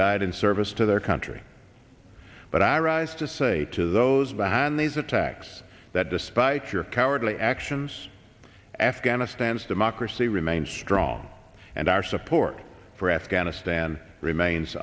died in service to their country but i rise to say to those behind these attacks that despite your cowardly actions afghanistan's democracy remains strong and our support for afghanistan remains